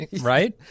right